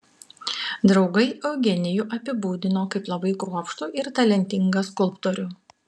draugai eugenijų apibūdino kaip labai kruopštų ir talentingą skulptorių